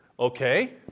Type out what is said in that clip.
Okay